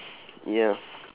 ya